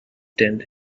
tent